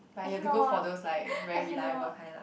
like you have to go for those like very reliable kind lah